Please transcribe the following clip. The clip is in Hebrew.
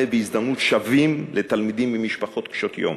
והזדמנות שווים לתלמידים ממשפחות קשות-יום.